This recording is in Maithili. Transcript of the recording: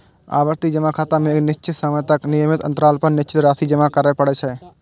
आवर्ती जमा खाता मे एक निश्चित समय तक नियमित अंतराल पर निश्चित राशि जमा करय पड़ै छै